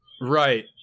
Right